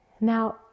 Now